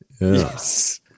Yes